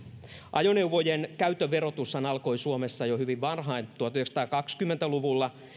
ajoneuvojen käytön verotushan alkoi suomessa jo hyvin varhain tuhatyhdeksänsataakaksikymmentä luvulla